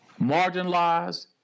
marginalized